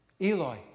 Eloi